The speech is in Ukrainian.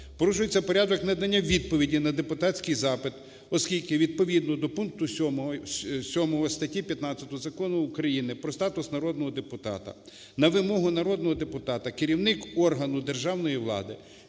порушується порядок надання відповіді на депутатський запит, оскільки відповідно до пункту 7 статті 15 Закону України "Про статус народного депутата" на вимогу народного депутата керівник органу державної влади,